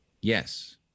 Yes